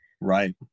right